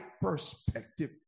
perspective